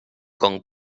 con